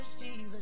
Jesus